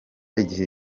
igihe